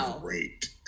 great